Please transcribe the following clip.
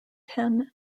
ten